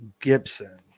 Gibson